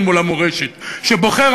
ואני אפילו הייתי בונה לעצמי "גיורומט", בסדר?